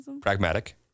Pragmatic